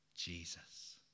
Jesus